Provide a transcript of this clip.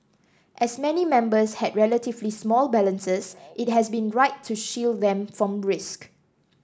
as many members had relatively small balances it has been right to shield them from risk